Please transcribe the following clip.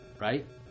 right